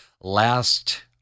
last